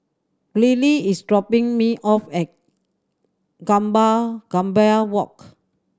Briley is dropping me off at Gambir Walk